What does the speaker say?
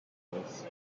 paris